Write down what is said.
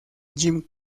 jim